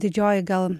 didžioji gal